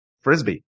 Frisbee